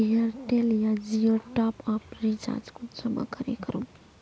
Airtel या जियोर top up recharge कुंसम करे करूम?